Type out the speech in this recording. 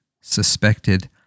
suspected